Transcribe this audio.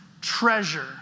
treasure